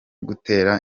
gutera